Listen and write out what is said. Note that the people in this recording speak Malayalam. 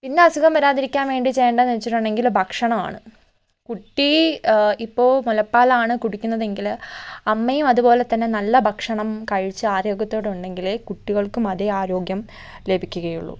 പിന്നെ അസുഖം വരാതിരിക്കാൻ വേണ്ടി ചെയ്യണ്ടതെന്ന് വെച്ചിട്ടുണ്ടെങ്കില് ഭക്ഷണമാണ് കുട്ടി ഇപ്പൊൾ മുലപ്പാലാണ് കുടിക്കുന്നതെങ്കില് അമ്മയും അതുപോലെത്തന്നെ നല്ല ഭക്ഷണം കഴിച്ച് ആരോഗ്യത്തോടെ ഉണ്ടെങ്കിലേ കുട്ടികൾക്കും അതേ ആരോഗ്യം ലഭിക്കുകയുള്ളു